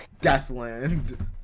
DEATHLAND